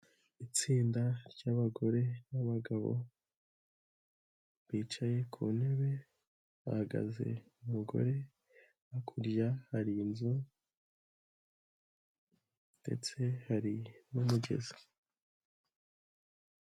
Itsinda ry'abagore n'abagabo bicaye ku ntebe, hahagaze umugore, hakurya hari inzu ndetse hari n'umugezi.